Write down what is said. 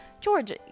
George